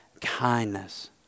kindness